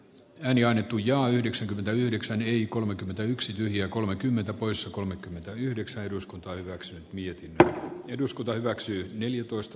leonian etu ja yhdeksänkymmentäyhdeksän eif kolmekymmentäyksi neljä kolmekymmentä pois kolmekymmentäyhdeksän eduskunta hyväksyy niin että eduskunta kalliksen esitystä